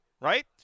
right